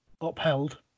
upheld